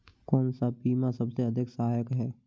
कौन सा बीमा सबसे अधिक सहायक है?